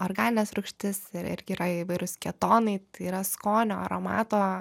organines rūgštis ir irgi yra įvairūs ketonai tai yra skonio aromato